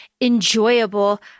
enjoyable